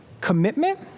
commitment